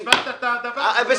איציק, אתה פספסת את הדבר הזה.